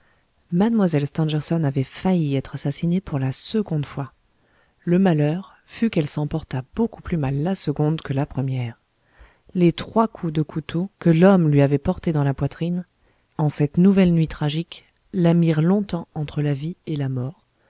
mademoiselle stangerson avait failli être assassinée pour la seconde fois le malheur fut qu'elle s'en porta beaucoup plus mal la seconde que la première les trois coups de couteau que l'homme lui avait portés dans la poitrine en cette nouvelle nuit tragique la mirent longtemps entre la vie et la mort